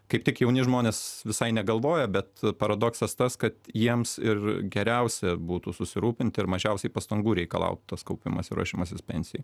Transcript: kaip tik jauni žmonės visai negalvoja bet paradoksas tas kad jiems ir geriausia būtų susirūpint ir mažiausiai pastangų reikalautų tas kaupimas ir ruošimasis pensijai